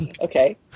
Okay